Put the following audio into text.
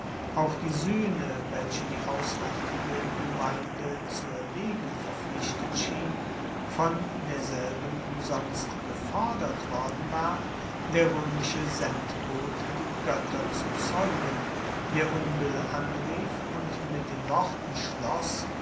auch die suehne welche die auswaertige gemeinde zu erlegen verpflichtet schien von derselben umsonst gefordert worden war der roemische sendbote die goetter zu zeugen der unbill anrief und mit den worten schloss